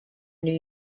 new